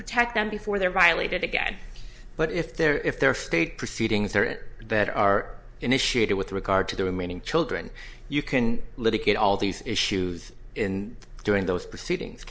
protect them before they're violated again but if they're if they're state proceedings or better are initiated with regard to their remaining children you can litigate all these issues in doing those proceedings